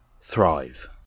Thrive